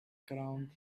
crowd